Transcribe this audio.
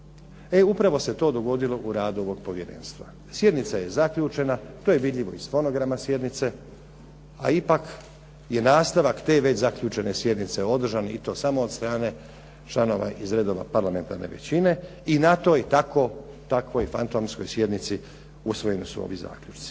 E upravo se to dogodilo u radu ovog povjerenstva. Sjednica je zaključena, to je vidljivo iz fonograma sjednice, a ipak je nastavak te već zaključene sjednice održan i to samo od strane članova iz redova parlamentarne većine i na toj takvoj fantomskoj sjednici usvojeni su ovi zaključci.